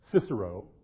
Cicero